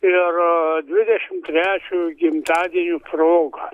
ir dvidešim trečiojo gimtadienio proga